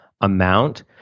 amount